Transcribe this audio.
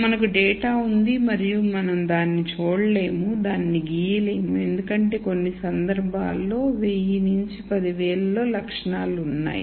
కాబట్టి మనకు డేటా ఉంది మరియు మనం దానిని మనం చూడలేము దానిని గియలేము ఎందుకంటే కొన్ని సందర్భాల్లో 1000 10000 లలో లక్షణాలు ఉన్నాయి